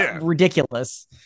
ridiculous